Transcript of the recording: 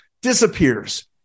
disappears